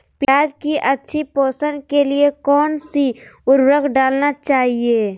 प्याज की अच्छी पोषण के लिए कौन सी उर्वरक डालना चाइए?